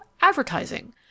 advertising